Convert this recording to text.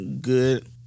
good